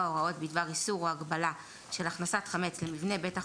הוראות בדבר איסור או הגבלה של הכנסת חמץ למבנה בית החולים,